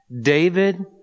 David